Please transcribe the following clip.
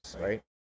right